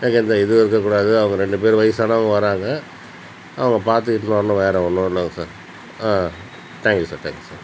எனக்கு எந்த இதுவும் இருக்கக்கூடாது அவங்க ரெண்டு பேரும் வயதானவங்க வராங்க அவங்கள பார்த்து இட்டுனு வரணும் வேறு ஒன்றும் இல்லை சார் ஆ thank you sir thank you sir